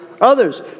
others